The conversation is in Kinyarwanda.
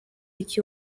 iki